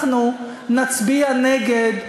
אנחנו נצביע נגד,